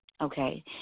Okay